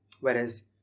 whereas